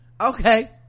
okay